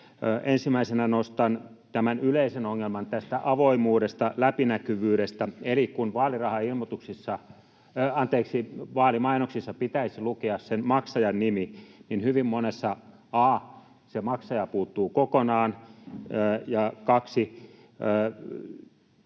Ensimmäisenä nostan tämän yleisen ongelman tästä avoimuudesta, läpinäkyvyydestä. Eli kun vaalimainoksissa pitäisi lukea sen maksajan nimi, niin hyvin monessa a) maksaja puuttuu kokonaan tai